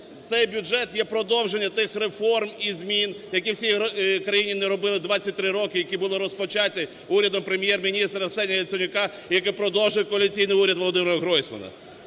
цей бюджет є продовження тих реформ і змін, які в цій країні не робили 23 роки, які були розпочаті урядом Прем'єр-міністра Арсенія Яценюка і, які продовжує коаліційний уряд Володимир Гройсмана.